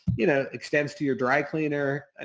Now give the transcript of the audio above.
you know extends to your dry cleaner,